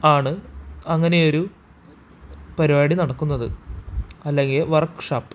ആണ് അങ്ങനെയൊരു പരിപാടി നടക്കുന്നത് അല്ലെങ്കിൽ വർക്ക് ഷാപ്പ്